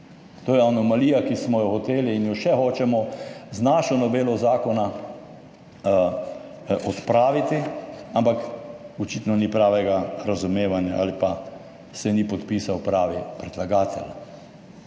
To je anomalija, ki smo jo hoteli in jo še hočemo z našo novelo zakona odpraviti, ampak očitno ni pravega razumevanja ali pa se ni podpisal pravi predlagatelj.